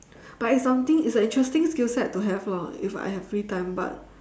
but it's something it's a interesting skill set to have lor if I have free time but